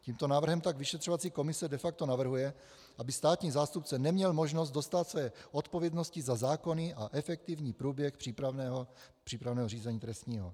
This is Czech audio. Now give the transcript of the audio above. Tímto návrhem tak vyšetřovací komise de facto navrhuje, aby státní zástupce neměl možnost dostát své odpovědnosti za zákony a efektivní průběh přípravného řízení trestního.